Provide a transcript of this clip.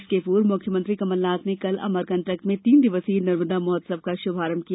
इसके पूर्व मुख्यमंत्री कमलनाथ ने कल अमरकंटक में तीन दिवसीय नर्मदा महोत्सव का शुभारंभ किया